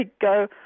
go